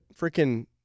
Freaking